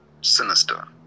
sinister